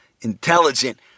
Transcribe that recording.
intelligent